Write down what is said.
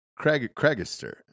Craigister